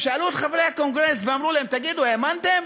ושאלו את חברי הקונגרס ואמרו להם: תגידו, האמנתם